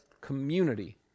community